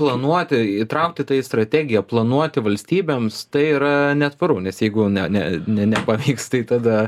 planuoti įtraukti tai į strategiją planuoti valstybėms tai yra netvaru nes jeigu ne ne ne nepavyks tai tada